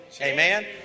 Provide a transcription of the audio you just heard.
Amen